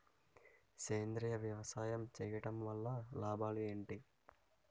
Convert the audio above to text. సేంద్రీయ వ్యవసాయం చేయటం వల్ల లాభాలు ఏంటి?